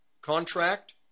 contract